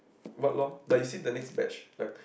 what loh but you see the next batch like